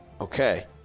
Okay